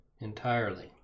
entirely